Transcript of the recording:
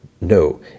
No